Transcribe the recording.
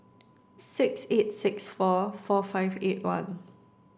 six eight six four four five eight one